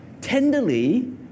tenderly